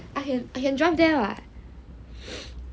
I can drive there [what]